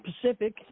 Pacific